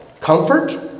comfort